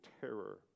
terror